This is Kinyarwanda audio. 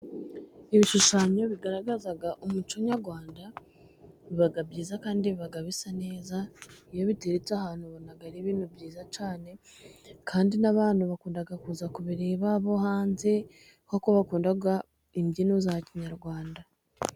Ibishushanyo bigaragaza umuco nyarwanda biba byiza kandi biga bisa neza. Iyo bidahetse ahantu ubonana ari ibintu byiza cyane, kandi n'abantu bakunda kuza kubireba bo hanze, kuko bakunda imbyino za kinyarwanda.